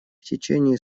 течение